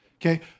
Okay